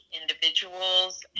individuals